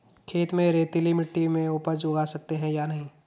खेत में रेतीली मिटी में उपज उगा सकते हैं या नहीं?